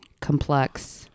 complex